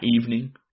evening